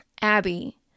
Abby